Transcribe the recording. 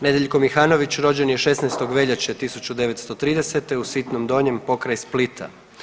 Nedjeljko Mihanović rođen je 16. veljače 1930. u Sitnom Donjem pokraj Splita.